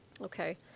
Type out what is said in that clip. Okay